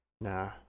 Nah